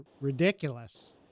ridiculous